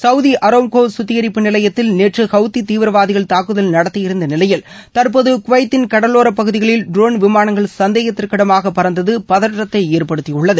Saudi Aramco கத்திகரிப்பு நிலையத்தில் நேற்று ஹவுதி தீவிரவாதிகள் தாக்குதல் நடத்தியிருந்த நிலையில் தற்போது குவைத்தின் கடலோரப் பகுதிகளில் ட்ரோன் விமானங்கள் சந்தேகத்திற்கிடமாக பறந்தது பதற்றத்தை ஏற்படுத்தியுள்ளது